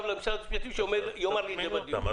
משרד המשפטים ושיאמרו לי את זה בדיון.